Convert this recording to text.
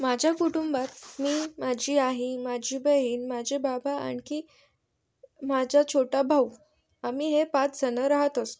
माझ्या कुटुंबात मी माझी आई माझी बहीण माझे बाबा आणखी माझा छोटा भाऊ आम्ही हे पाच जण रहात असतो